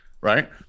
right